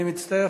אני מצטער.